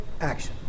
action